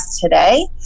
today